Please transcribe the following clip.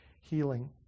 healing